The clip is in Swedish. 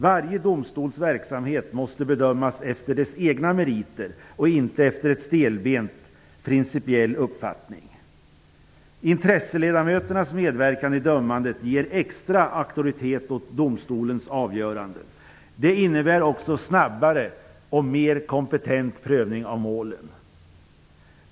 Varje domstols verksamhet måste bedömas efter dess egna meriter och inte efter en stelbent principiell uppfattning. Intresseledamöternas medverkan i dömandet ger extra auktoritet åt domstolens avgöranden. De innebär också snabbare och mer kompetent prövning av målen.